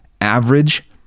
average